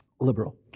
liberal